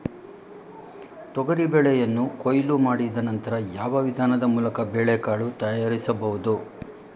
ತೊಗರಿ ಬೇಳೆಯನ್ನು ಕೊಯ್ಲು ಮಾಡಿದ ನಂತರ ಯಾವ ವಿಧಾನದ ಮೂಲಕ ಬೇಳೆಕಾಳು ತಯಾರಿಸಬಹುದು?